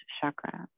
chakra